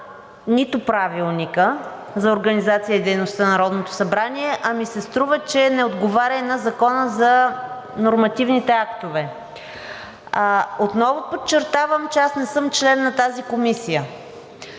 нито на Правилника за организацията и дейността на Народното събрание, а ми се струва, че не отговаря на Закона за нормативните актове. Отново подчертавам, че аз не съм член на тази комисия,